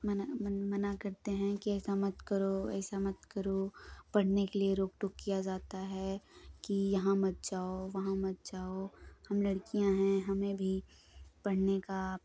मना मन मना करते हैं कि ऐसा मत करो ऐसा मत करो पढ़ने के लिए रोक टोक किया ज़ाता है की यहाँ मत जाओ वहाँ मत जाओ हम लड़कियाँ हैं हमें भी पढ़ने का